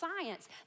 science